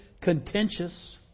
contentious